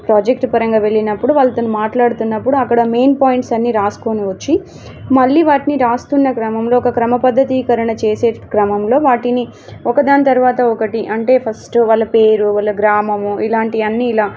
project పరంగా వెళ్ళినప్పుడు వాళ్ళతోని మాట్లాడుతున్నప్పుడు అక్కడ మెయిన్ పాయింట్స్ అన్నీ వ్రాసుకొనివచ్చి మళ్ళీ వాటిని వ్రాస్తున్న క్రమంలో ఒక క్రమ పద్దతీకరణ చేసే క్రమంలో వాటిని ఒకదాని తరువాత ఒకటి అంటే ఫస్టు వాళ్ళ పేరు వాళ్ళ గ్రామము ఇలాంటివన్నీ ఇలా